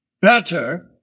Better